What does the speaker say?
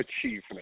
achievement